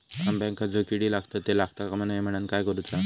अंब्यांका जो किडे लागतत ते लागता कमा नये म्हनाण काय करूचा?